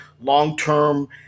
long-term